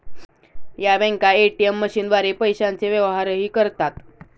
या बँका ए.टी.एम मशीनद्वारे पैशांचे व्यवहारही करतात